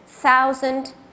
thousand